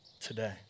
today